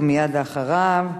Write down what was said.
ומייד לאחריו,